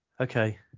Okay